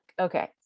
okay